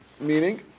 Meaning